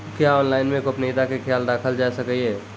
क्या ऑनलाइन मे गोपनियता के खयाल राखल जाय सकै ये?